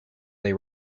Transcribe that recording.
they